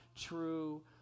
true